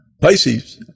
Pisces